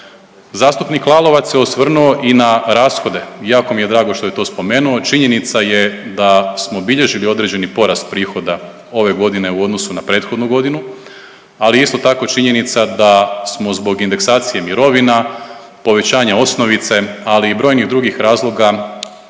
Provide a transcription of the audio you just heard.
Zastupnik Lalovac se osvrnuo i na rashode. Jako mi je drago što je to spomenuo. Činjenica je da smo bilježili određeni porast prihoda ove godine u odnosu na prethodnu godinu, ali je isto tako činjenica da smo zbog indeksacije mirovina, povećanja osnovice, ali i brojnih drugih razloga